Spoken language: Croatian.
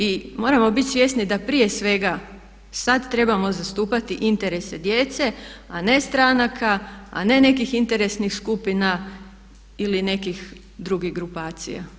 I moramo biti svjesni da prije svega sada trebamo zastupati interese djece a ne stranaka, a na nekih interesnih skupina ili nekih drugih grupacija.